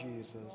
Jesus